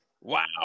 Wow